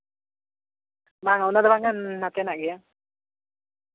ᱵᱟᱝ ᱚᱸᱰᱮ ᱫᱚ ᱵᱟᱝᱠᱷᱟᱱ ᱱᱚᱛᱮ ᱧᱚᱜ ᱜᱮᱭᱟ